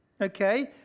okay